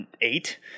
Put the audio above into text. eight